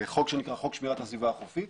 שנקרא חוק שמירת הסביבה החופית,